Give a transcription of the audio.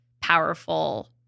powerful